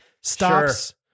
stops